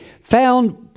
found